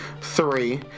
three